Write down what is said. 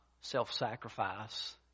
self-sacrifice